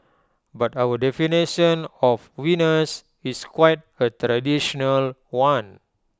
but our definition of winners is quite A traditional one